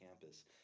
campus